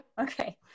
okay